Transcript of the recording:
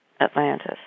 Atlantis